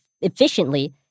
efficiently